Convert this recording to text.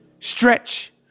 Stretch